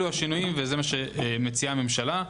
אלה השינויים וזה מה שמציעה הממשלה.